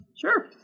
Sure